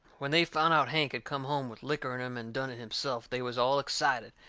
when they found out hank had come home with licker in him and done it himself, they was all excited,